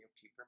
keep